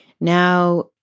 Now